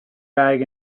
bag